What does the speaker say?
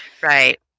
right